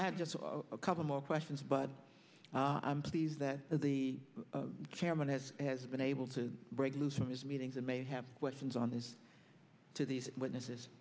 i have just a couple more questions but i'm pleased that the chairman has been able to break loose from his meetings and may have questions on this to these witnesses